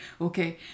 Okay